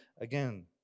again